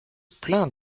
plaint